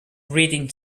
reading